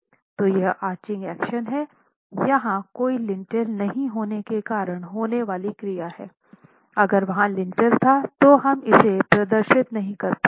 तो यह arching action हैं यह कोई लिंटेल नहीं होने के कारण होने वाली क्रिया है अगर वहाँ लिंटेल था तो हम इसे प्रदर्शित नहीं कर पाएंगे